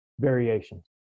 variations